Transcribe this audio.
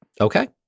Okay